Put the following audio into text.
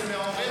זה מעורר